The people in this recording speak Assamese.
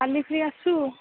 কালি ফ্ৰী আছোঁ